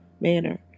manner